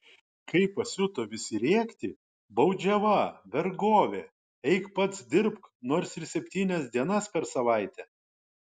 kai pasiuto visi rėkti baudžiava vergovė eik pats dirbk nors ir septynias dienas per savaitę